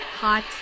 Hot